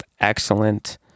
excellent